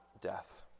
death